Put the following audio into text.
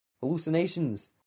Hallucinations